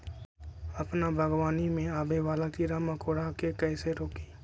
अपना बागवानी में आबे वाला किरा मकोरा के कईसे रोकी?